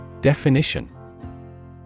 Definition